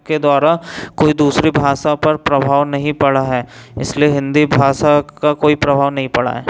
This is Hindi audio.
के द्वारा कोई दूसरी भाषा पर प्रभाव नहीं पड़ा है इसलिए हिंदी भाषा का कोई प्रभाव नहीं पड़ा है